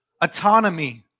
autonomy